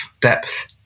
depth